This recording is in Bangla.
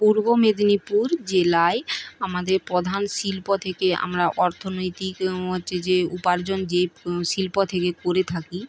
পূর্ব মেদিনীপুর জেলায় আমাদের প্রধান শিল্প থেকে আমরা অর্থনৈতিক হচ্ছে যে উপার্জন যে শিল্প থেকে করে থাকি